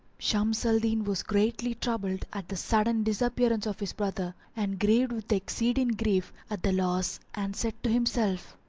shams al-din was greatly troubled at the sudden disappearance of his brother and grieved with exceeding grief at the loss and said to himself,